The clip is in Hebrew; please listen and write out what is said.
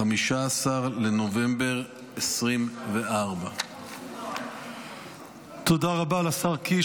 15 בנובמבר 2024. תודה רבה לשר קיש.